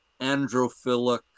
androphilic